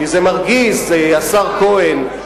כי זה מרגיז, השר כהן.